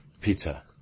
Pizza